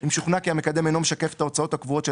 אם שוכנע כי המקדם אינו משקף את ההוצאות הקבועות של